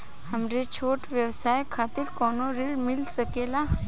हमरे छोट व्यवसाय खातिर कौनो ऋण मिल सकेला?